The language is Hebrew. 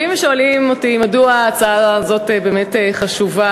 רבים שואלים אותי מדוע ההצעה הזאת באמת חשובה,